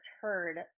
heard